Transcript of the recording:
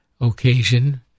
occasion